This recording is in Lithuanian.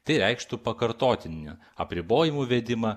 tai reikštų pakartotinį apribojimų įvedimą